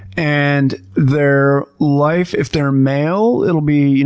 and their life, if they're male, it'll be, you